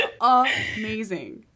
amazing